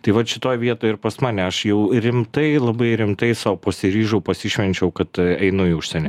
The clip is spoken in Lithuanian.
tai vat šitoj vietoj ir pas mane aš jau rimtai labai rimtai sau pasiryžau pasišvenčiau kad einu į užsienį